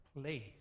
place